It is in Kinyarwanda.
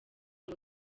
ngo